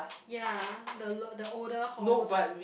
ya the l~ the older halls